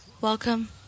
Welcome